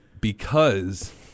Because-